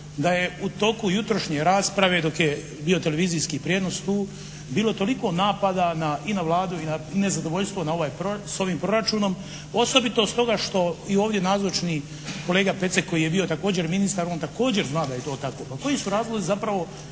da je u toku jutrošnje rasprave dok je bio televizijski prijenos tu bilo toliko napada i na Vladu i nezadovoljstvo s ovim proračunom osobito stoga što i ovdje nazočni kolega Pecek koji je također bio ministar on također zna da je to tako. Pa koji su razlozi zapravo